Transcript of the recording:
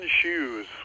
Shoes